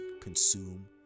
consume